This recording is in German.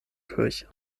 kirche